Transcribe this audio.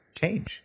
change